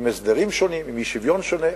עם הסדרים שונים, עם אי-שוויון שונה.